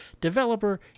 developer